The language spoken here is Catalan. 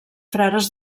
frares